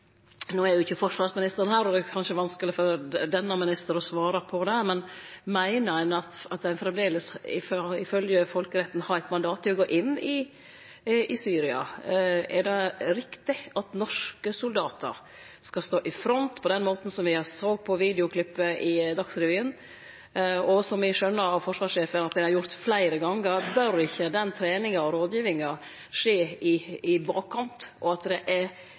er ikkje forsvarsministeren her, og det er kanskje vanskeleg for denne ministeren å svare på det, men meiner ein at ein framleis, ifølgje folkeretten, har eit mandat til å gå inn i Syria? Er det riktig at norske soldatar skal stå i front på den måten me såg i videoklippet på Dagsrevyen – når me skjønar av forsvarssjefen at det er gjort fleire gangar? Bør ikkje den treninga og rådgjevinga skje i bakkant, og at det er